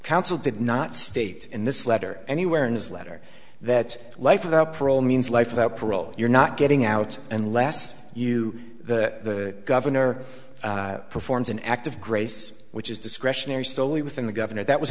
counsel did not state in this letter anywhere in this letter that life without parole means life without parole you're not getting out unless you the governor performs an act of grace which is discretionary stoli within the governor that was